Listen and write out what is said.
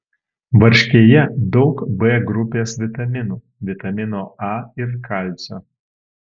varškėje daug b grupės vitaminų vitamino a ir kalcio